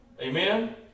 Amen